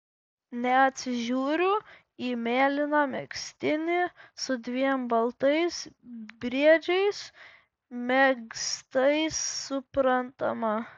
neatsižiūriu į mėlyną megztinį su dviem baltais briedžiais megztais suprantama